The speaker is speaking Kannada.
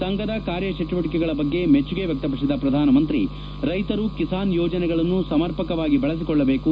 ಸಂಘದ ಕಾರ್ಯಚಟುವಟಿಕೆಗಳ ಬಗ್ಗೆ ಮೆಚ್ಚುಗೆ ವ್ಯಕ್ತಪಡಿಸಿದ ಪ್ರಧಾನಮಂತ್ರಿ ರೈತರು ಕಿಸಾನ್ ಯೋಜನೆಗಳನ್ನು ಸಮಪರ್ಕವಾಗಿ ಬಳಸಿಕೊಳ್ಳಬೇಕು